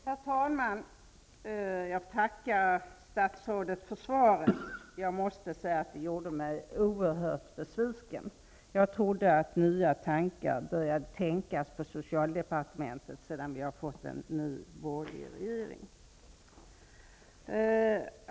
Herr talman! Jag tackar statsrådet för svaret. Jag måste säga att det gjorde mig oerhört besviken. Jag trodde att nya tankar hade börjat tänkas på socialdepartementet sedan vi fick en ny, borgerlig regering.